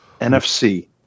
NFC